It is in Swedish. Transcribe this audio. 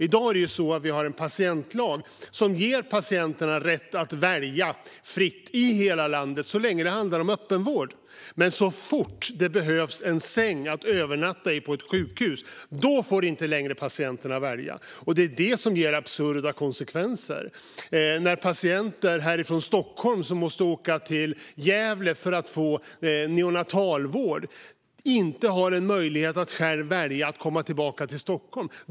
I dag är det ju så att vi har en patientlag som ger patienterna rätt att välja fritt i hela landet - så länge det handlar om öppenvård. Men så fort det behövs en säng att övernatta i på ett sjukhus får patienterna inte längre välja. Det ger absurda konsekvenser i form av patienter från Stockholm som måste åka till Gävle för att få neonatalvård och sedan inte kan välja att komma tillbaka till Stockholm.